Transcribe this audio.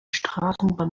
straßenbahn